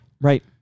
Right